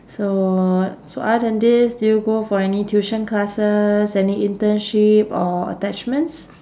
so so other than this do you go for any tuition classes any internship or attachments